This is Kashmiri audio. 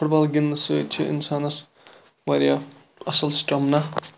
فُٹ بال گِنٛدنہٕ سۭتۍ چھُ اِنسانَس واریاہ اصل سٹیمنا